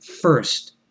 first